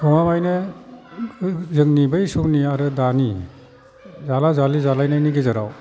गमामायैनो जोंनि बै समनि आरो दानि जाला जालि जालायनायनि गेजेराव